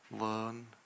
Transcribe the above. learn